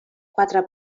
quatre